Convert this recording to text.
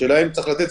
השאלה אם צריך לתת,